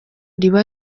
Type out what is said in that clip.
riba